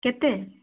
କେତେ